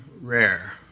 rare